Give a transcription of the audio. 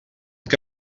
que